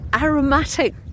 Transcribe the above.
aromatic